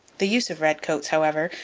the use of redcoats, however,